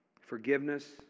Forgiveness